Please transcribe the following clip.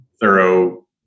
thorough